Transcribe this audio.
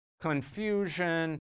confusion